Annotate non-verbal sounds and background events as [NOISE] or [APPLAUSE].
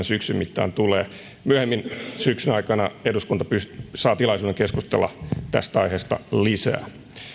[UNINTELLIGIBLE] syksyn mittaan tulee myöhemmin syksyn aikana eduskunta saa tilaisuuden keskustella tästä aiheesta lisää